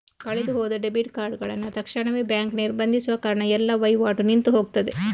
ಕಳೆದು ಹೋದ ಡೆಬಿಟ್ ಕಾರ್ಡುಗಳನ್ನ ತಕ್ಷಣವೇ ಬ್ಯಾಂಕು ನಿರ್ಬಂಧಿಸುವ ಕಾರಣ ಎಲ್ಲ ವೈವಾಟು ನಿಂತು ಹೋಗ್ತದೆ